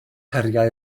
heriau